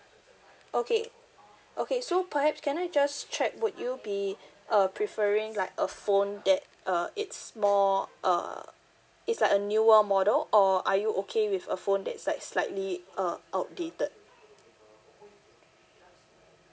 okay okay so perhaps can I just check would you be uh preferring like a phone that uh it's more uh it's like a newer model or are you okay with a phone that's like slightly uh outdated